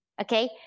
Okay